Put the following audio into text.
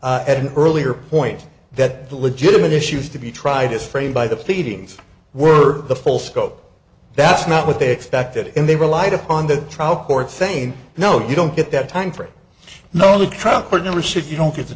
it at an earlier point that the legitimate issues to be tried as framed by the feedings were the full scope that's not what they expected and they relied upon the trial court saying no you don't get that time for it no the trial court never says you don't get the